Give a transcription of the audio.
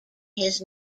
his